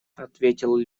ответил